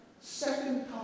second